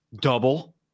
Double